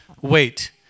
wait